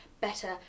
better